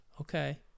Okay